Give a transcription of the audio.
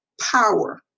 power